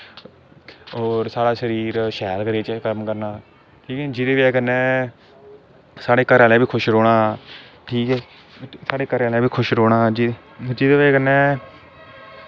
होर साढ़ा शरीर शैल तरीकै कन्नै कम्म करना ठीक ऐ नी जेह्दी बजह कन्नै साढ़े घरा आह्लें बी खुश रौह्ना की जे साढ़े घरै आह्लें बी खुश रौह्ना जेह् जेह्दी बजह कन्नै